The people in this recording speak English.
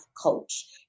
coach